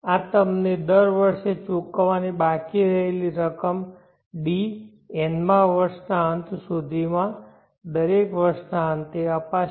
આ તમને દર વર્ષે ચુકવવાની બાકી રહેલી રકમ D n માં વર્ષના અંત સુધી દરેક વર્ષના અંતે આપશે